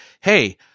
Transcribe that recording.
hey